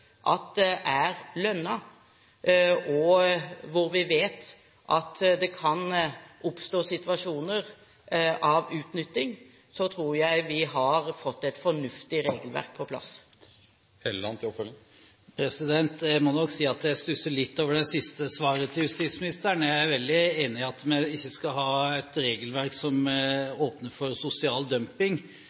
er lønnet, og hvor vi vet at det kan oppstå situasjoner med utnytting, tror jeg vi har fått et fornuftig regelverk på plass. Jeg må nok si at jeg stusser litt over det siste svaret til justisministeren. Jeg er veldig enig i at vi ikke skal ha et regelverk som åpner for sosial dumping,